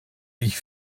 ich